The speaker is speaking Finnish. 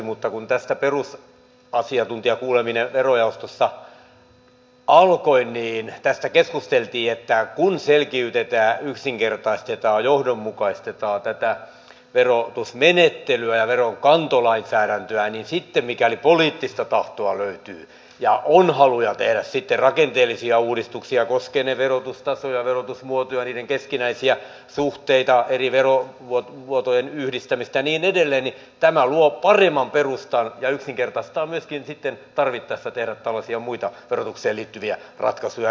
mutta kun tästä asiantuntijakuuleminen verojaostossa alkoi niin tästä keskusteltiin että kun selkiytetään yksinkertaistetaan johdonmukaistetaan tätä verotusmenettelyä ja veronkantolainsäädäntöä niin sitten mikäli poliittista tahtoa löytyy ja on haluja tehdä sitten rakenteellisia uudistuksia koskevat sitten ne verotustasoja verotusmuotoja niiden keskinäisiä suhteita eri veromuotojen yhdistämistä ja niin edelleen tämä luo paremman perustan ja yksinkertaistaa myöskin sitten tarvittaessa tällaisten muiden verotukseen liittyvien ratkaisujen tekemistä